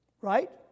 Right